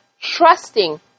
trusting